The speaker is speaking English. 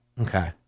Okay